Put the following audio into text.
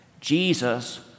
Jesus